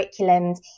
curriculums